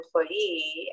employee